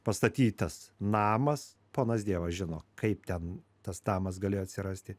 pastatytas namas ponas dievas žino kaip ten tas namas galėjo atsirasti